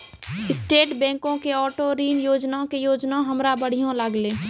state बैंको के auto ऋण योजना के योजना हमरा बढ़िया लागलै